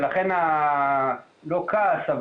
ולכן גם לא כעס,